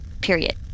period